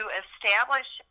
establish